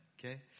okay